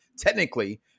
Technically